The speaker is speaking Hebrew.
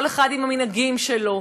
כל אחד עם המנהגים שלו,